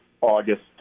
August